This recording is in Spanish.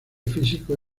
físico